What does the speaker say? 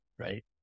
Right